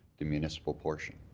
the municipal portion.